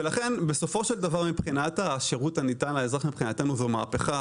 ולכן, השירות הניתן לאזרח, מבחינתנו, זו מהפכה.